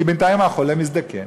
כי בינתיים החולה מזדקן,